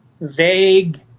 vague